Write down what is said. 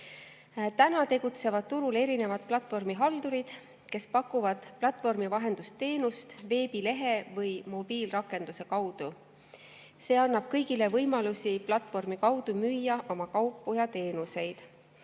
tegutsevad turul erinevad platvormihaldurid, kes pakuvad platvormivahendusteenust veebilehe või mobiilirakenduse kaudu. See annab kõigile võimaluse platvormi kaudu oma kaupu ja teenuseid